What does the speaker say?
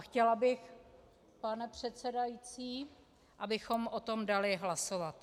Chtěla bych, pane předsedající, abychom o tom dali hlasovat.